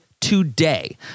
today